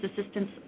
assistance